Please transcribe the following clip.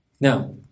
Now